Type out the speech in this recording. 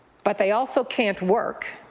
but they also can't work,